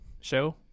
show